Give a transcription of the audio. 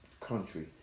country